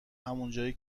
همونجایی